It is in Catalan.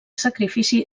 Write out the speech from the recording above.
sacrifici